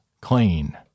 clean